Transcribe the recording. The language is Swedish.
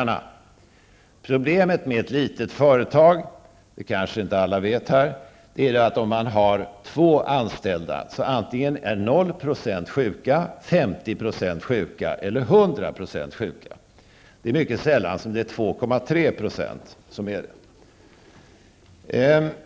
Alla här kanske inte vet det, men problemet för ett litet företag är att om man har två anställda, är antingen noll procent sjuka, 50 % sjuka eller 100 % sjuka. Det är mycket sällan som siffran är 2, 3 %.